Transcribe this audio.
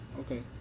okay